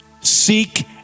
seek